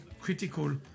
critical